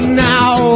now